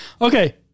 Okay